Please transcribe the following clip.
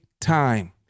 time